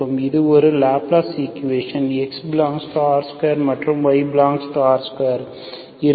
இது ஒரு Laplace equation xR2 மற்றும் y∈R2 இரண்டும்